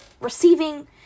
receiving